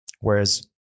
whereas –